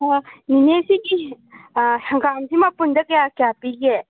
ꯅꯦꯅꯦ ꯁꯤꯒꯤ ꯍꯪꯒꯥꯝꯁꯦ ꯃꯄꯨꯟꯗ ꯀꯌꯥ ꯀꯌꯥ ꯄꯤꯒꯦ